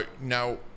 Now